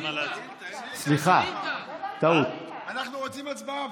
אבל אנחנו רוצים הצבעה.